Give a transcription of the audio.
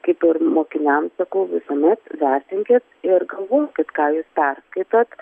kaip ir mokiniams sakau visuomet vertinkit ir galvokit ką jūs perskaitot